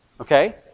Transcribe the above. Okay